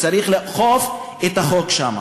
וצריך לאכוף את החוק שם.